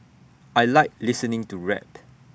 I Like listening to rap